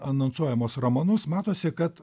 anonsuojamus romanus matosi kad